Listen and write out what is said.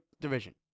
division